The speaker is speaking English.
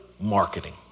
marketing